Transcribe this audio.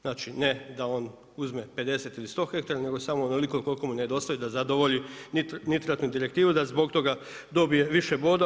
Znači ne da on uzme 50 ili 100 hektara, nego samo onoliko koliko mu nedostaje da zadovolji nitratnu direktivnu, da zbog toga dobije više bodova.